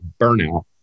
burnout